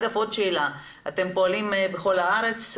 אגב, עוד שאלה, אתם פועלים בכל הארץ?